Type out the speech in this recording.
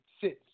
sits